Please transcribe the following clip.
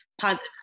positive